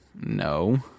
No